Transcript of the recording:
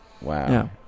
Wow